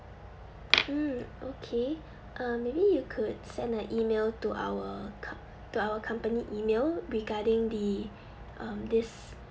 mm okay um maybe you could send an email to our co~ to our company email regarding the um this